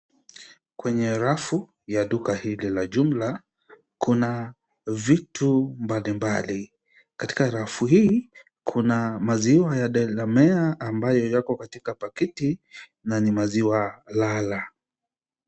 Kwenye rafu ya duka hili la jumla, kuna vitu mbalimbali. Katika rafu hii, kuna maziwa ya Delamere ambayo yako katika pakiti na ni maziwa lala.